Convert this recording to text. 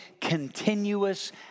continuous